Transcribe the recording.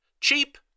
cheap